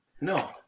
No